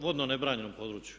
vodno nebranjenom području.